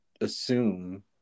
assume